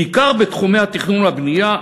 בעיקר בתחומי התכנון והבנייה,